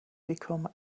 become